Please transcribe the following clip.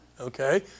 okay